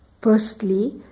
firstly